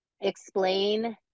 explain